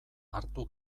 hartu